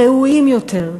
ראויים יותר,